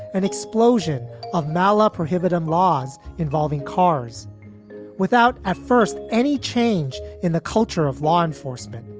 an explosion of nalla prohibitive laws involving cars without at first any change in the culture of law enforcement.